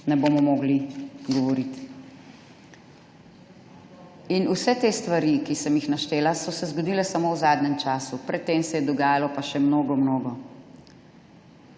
ne bomo mogli govoriti. In vse te stvari, ki sem jih naštela, so se zgodile samo v zadnjem času, pred tem se je dogajalo pa še mnogo mnogo.